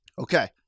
Okay